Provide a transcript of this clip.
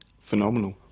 Phenomenal